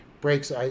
breaks